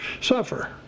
suffer